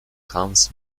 hans